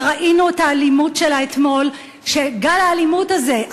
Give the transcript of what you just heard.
וראינו את האלימות שלה אתמול כשגל האלימות הזה,